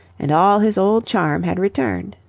and all his old charm had returned.